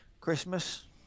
Christmas